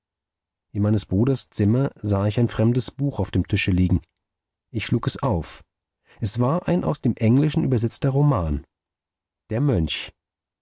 in meines bruders zimmer sah ich ein fremdes buch auf dem tische liegen ich schlug es auf es war ein aus dem englischen übersetzter roman der mönch